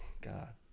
god